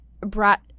brought